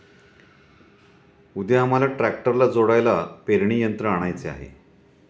उद्या आम्हाला ट्रॅक्टरला जोडायला पेरणी यंत्र आणायचे आहे